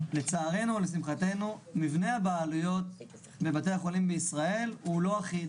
שלצערנו או לשמחתנו מבנה הבעלויות בבתי החולים בישראל הוא לא אחיד